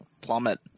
plummet